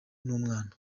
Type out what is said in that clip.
n’umwana